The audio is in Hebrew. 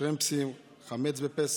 שרימפסים, חמץ בפסח,